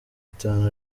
itanu